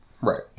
Right